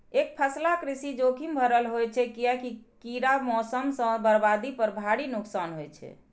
एकफसला कृषि जोखिम भरल होइ छै, कियैकि कीड़ा, मौसम सं बर्बादी पर भारी नुकसान होइ छै